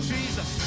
Jesus